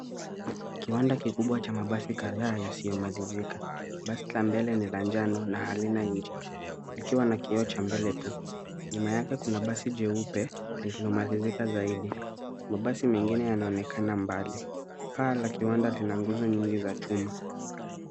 Kiwanda kikubwa cha mabasi kadhaa yasiomalizika. Basi la mbele ni la njano na halina engine likiwa na kioo cha mbele tu. Nyuma yake kuna basi jeupe liliomalizika zaidi. Mabasi mengine yanaonekana mbali, paa la kiwanda lina nguzo nyingi za chuma.